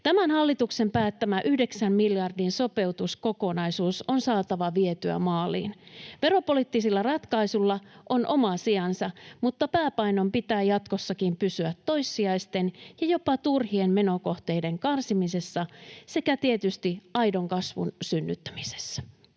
Tämän hallituksen päättämä yhdeksän miljardin sopeutuskokonaisuus on saatava vietyä maaliin. Veropoliittisilla ratkaisuilla on oma sijansa, mutta pääpainon pitää jatkossakin pysyä toissijaisten ja jopa turhien menokohteiden karsimisessa sekä tietysti aidon kasvun synnyttämisessä.